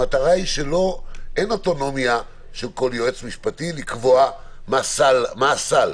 המטרה היא שאין אוטונומיה של כל יועץ משפטי לקבוע מה הסל.